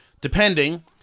depending